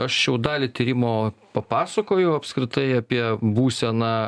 aš jau dalį tyrimo papasakojau apskritai apie būseną